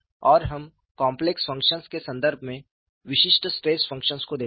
और हम complex functions के संदर्भ में विशिष्ट स्ट्रेस फंक्शन्स को देखेंगे